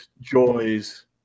joys